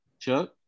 Chuck